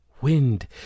wind